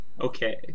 okay